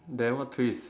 never twist